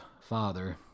father